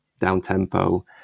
down-tempo